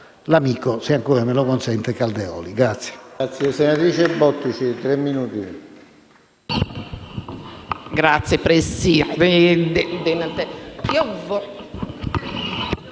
l'amico, se ancora me lo consente, Calderoli.